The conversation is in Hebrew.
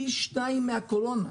פי שתיים מהקורונה,